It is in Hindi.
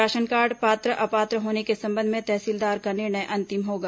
राशन कार्ड पात्र अपात्र होने के संबंध में तहसीलदार का निर्णय अंतिम होगा